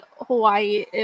Hawaii